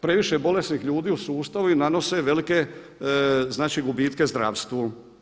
Previše bolesnih ljudi u sustavu i nanose velike znači gubitke zdravstvu.